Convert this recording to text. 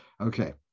Okay